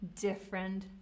different